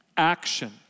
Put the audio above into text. Action